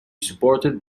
supported